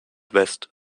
west